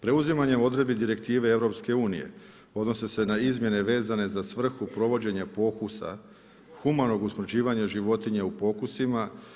Preuzimanjem odredbi direktive EU-a odnose se na izmjene vezane za svrhu provođenja pokusa humanog usmrćivanja životinje u pokusima.